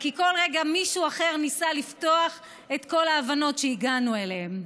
כי כל רגע מישהו אחר ניסה לפתוח את כל ההבנות שהגענו אליהן.